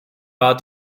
war